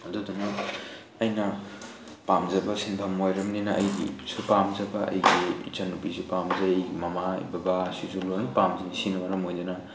ꯑꯗꯨꯗꯨꯅ ꯑꯩꯅ ꯄꯥꯝꯖꯕ ꯁꯤꯟꯐꯝ ꯑꯣꯏꯔꯃꯤꯅ ꯑꯩꯒꯤꯁꯨ ꯄꯥꯝꯖꯕ ꯑꯩꯒꯤ ꯏꯆꯟ ꯅꯨꯄꯤꯁꯨ ꯄꯥꯝꯖꯩ ꯃꯃꯥ ꯕꯕꯥ ꯁꯤꯁꯨ ꯂꯣꯏ ꯄꯥꯝꯖꯩ ꯁꯤꯅ ꯃꯔꯝ ꯑꯣꯏꯗꯨꯅ